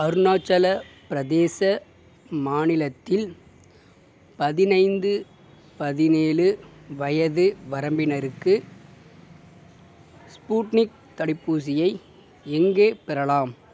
அருணாச்சல பிரதேச மாநிலத்தில் பதினைந்து பதினேழு வயது வரம்பினருக்கு ஸ்புட்னிக் தடுப்பூசியை எங்கே பெறலாம்